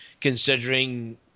considering